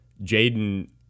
Jaden